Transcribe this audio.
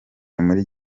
muri